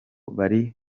bari